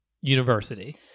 university